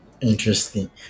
Interesting